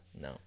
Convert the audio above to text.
No